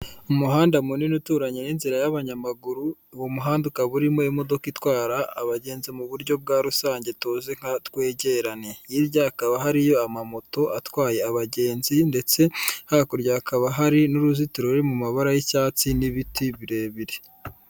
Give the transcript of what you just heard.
JUmuhanda munini uturanye n'inzira y'abanyamaguru, uwo muhanda ukaba urimo imodoka itwara abagenzi mu buryo bwa rusange tuzi nka twegerane, hirya hakaba hariyo amamoto atwaye abagenzi ndetse hakurya hakaba hari n'uruzitiro ruri mu mabara y'icyatsi n'ibiti birebire.